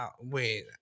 Wait